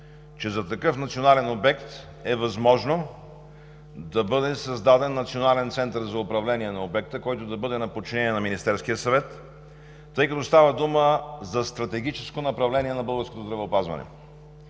че за такъв национален обект е възможно да бъде създаден Национален център за управление на обекта, който да бъде на подчинение на Министерския съвет, тъй като става дума за стратегическо направление на българското здравеопазване.